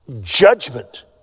judgment